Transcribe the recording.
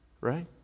right